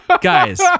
guys